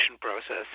process